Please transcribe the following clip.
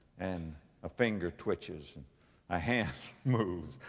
and a finger twitches. and a hand moves.